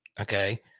Okay